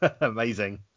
amazing